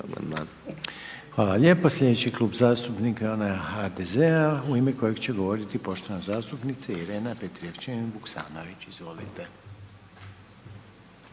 Hvala lijepo. Slijedeći klub zastupnika je onaj HDZ-a u ime kojeg će govoriti poštovana zastupnica Irena Petrijevčanin Vuksanović, izvolite.